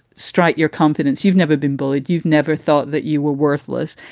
strike your confidence? you've never been bullied. you've never thought that you were worthless.